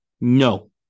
no